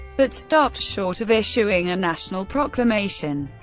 but stopped short of issuing a national proclamation.